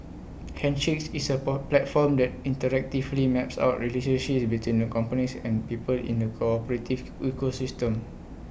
handshakes is A poor platform that interactively maps out relationships between the companies and people in the corporative ecosystem